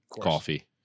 Coffee